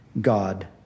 God